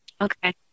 Okay